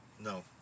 no